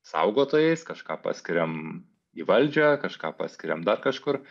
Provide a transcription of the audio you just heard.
saugotojais kažką paskiriam į valdžią kažką paskiriam dar kažkur